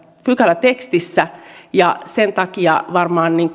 pykälätekstissä sen takia varmaan